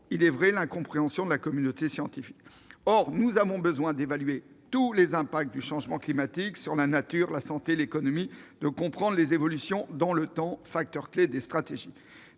qui provoque l'incompréhension de la communauté scientifique. Or nous avons évidemment besoin d'évaluer tous les impacts du changement climatique sur la nature, la santé et l'économie et de comprendre les évolutions dans le temps, facteur clé des stratégies